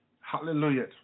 hallelujah